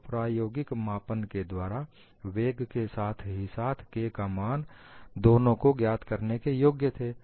तो प्रायोगिक मापन के द्वारा वेग के साथ ही साथ K का मान दोनों को ज्ञात करने के योग्य थे